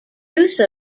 use